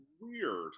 weird